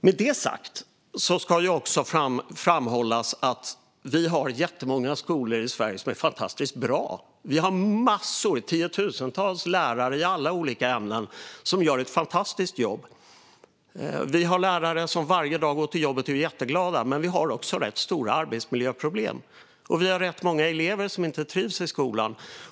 Med detta sagt ska det också framhållas att vi har jättemånga skolor i Sverige som är fantastiskt bra. Vi har massor, tiotusentals, lärare i alla olika ämnen som gör ett fantastiskt jobb. Vi har lärare som varje dag går till jobbet och är jätteglada. Men vi har också rätt stora arbetsmiljöproblem, och vi har rätt många elever som inte trivs i skolan.